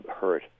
hurt